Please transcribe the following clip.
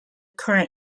current